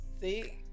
See